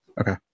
Okay